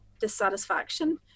dissatisfaction